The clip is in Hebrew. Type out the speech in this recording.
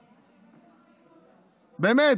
באמת,